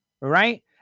right